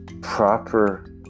proper